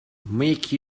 make